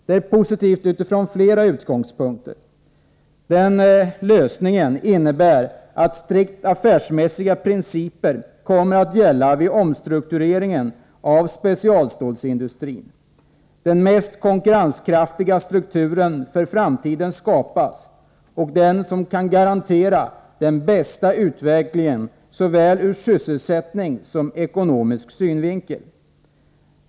Det är positivt utifrån flera utgångspunkter. Den lösningen innebär att strikt affärsmässiga principer kommer att gälla vid omstruktureringen vid specialstålsindustrin. Detta innebär den mest konkurrenskraftiga strukturen för framtiden, som kan garantera den bästa utvecklingen såväl för sysselsättning som för ekonomi.